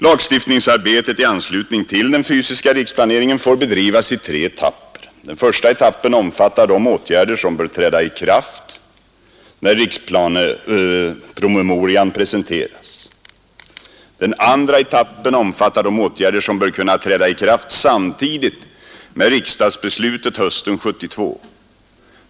Lagstiftningsarbetet i anslutning till den fysiska riksplaneringen får bedrivas i tre etapper. Den första etappen omfattar de åtgärder som bör träda i kraft när riksplanepromemorian presenteras. Den andra etappen omfattar de åtgärder som bör kunna träda i kraft samtidigt med riksdagsbeslutet hösten 1972.